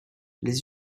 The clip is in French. les